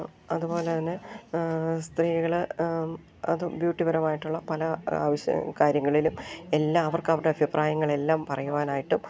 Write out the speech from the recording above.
അതുപോലെ തന്നെ സ്ത്രീകൾ അതും ബ്യൂട്ടിപരമായിട്ടുള്ള പല ആവശ്യ കാര്യങ്ങളിലും എല്ലാം അവർക്ക് അവരുടെ അഭിപ്രായങ്ങളെല്ലാം പറയുവാനായിട്ടും